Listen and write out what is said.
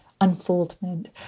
unfoldment